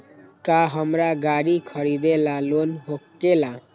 का हमरा गारी खरीदेला लोन होकेला?